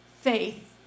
faith